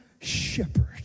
shepherd